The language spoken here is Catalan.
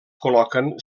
col·loquen